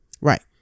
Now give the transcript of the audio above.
right